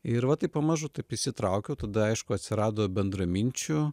ir va taip pamažu taip įsitraukiau tada aišku atsirado bendraminčių